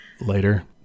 later